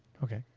okay.